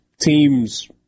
teams